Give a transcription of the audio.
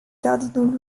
cardinaux